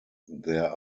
there